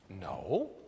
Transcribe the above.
No